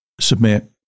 submit